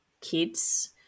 kids